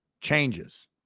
changes